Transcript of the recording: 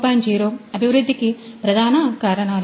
0 అభివృద్ధికి ప్రధాన కారణాలు